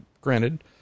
granted